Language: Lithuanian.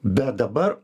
bet dabar